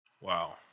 Wow